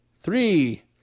Three